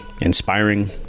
inspiring